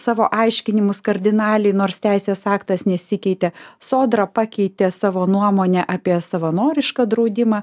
savo aiškinimus kardinaliai nors teisės aktas nesikeitė sodra pakeitė savo nuomonę apie savanorišką draudimą